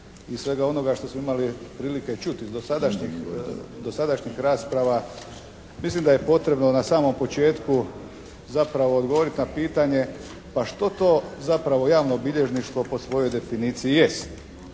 iz svega onoga što smo imali prilike čuti dosadašnjih rasprava mislim da je potrebno na samom početku zapravo odgovoriti na pitanje pa što to zapravo javnobilježništvo po svojoj definiciji jest.